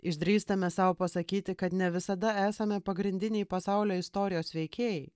išdrįstame sau pasakyti kad ne visada esame pagrindiniai pasaulio istorijos veikėjai